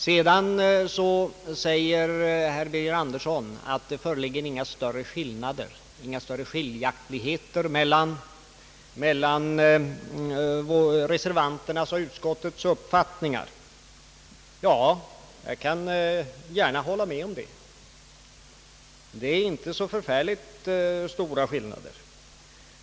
Vidare säger herr Andersson att det inte föreligger några större skiljaktigheter mellan reservanternas och utskottets uppfattningar. Jag kan gärna hålla med om det. Det är inte så förfärligt stora skillnader.